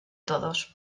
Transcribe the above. todos